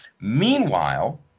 Meanwhile